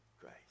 grace